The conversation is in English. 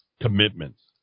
commitments